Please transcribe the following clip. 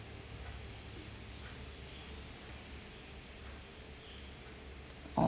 oh